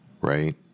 Right